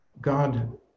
god